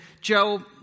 Joe